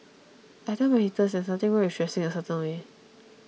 I tell my haters there is nothing wrong with dressing a certain way